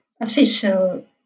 official